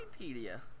Wikipedia